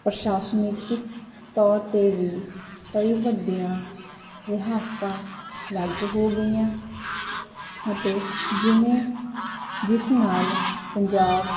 ਪ੍ਰਸ਼ਾਸ਼ਨੀਤਿਕ ਤੋਰ ਤੇ ਵੀ ਕਈ ਵੱਡੀਆਂ ਰਿਹਾਸਤਾਂ ਅਲੱਗ ਹੋ ਗਈਆਂ ਅਤੇ ਜਿਵੇਂ ਜਿਸ ਨਾਲ ਪੰਜਾਬ